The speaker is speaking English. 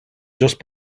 just